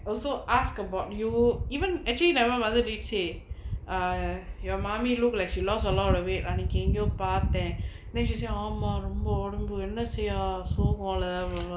also ask about you even actually never mother did say err your mummy look like she lost a lot away அன்னைக்கி எங்கயோ பாத்த:annaikki engayo paatha then she say ஆமா ரொம்ப ஒடம்பு என்ன செய்ய:aama romba odambu enna seiya ah சோகோ உள்ளதா:sogo ullathaa